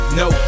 no